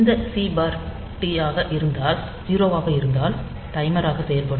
இந்த் C T 0 ஆக இருந்தால் டைமராக செயல்படும்